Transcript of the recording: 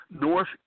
North